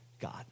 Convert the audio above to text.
God